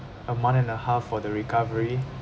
a month and a half for the recovery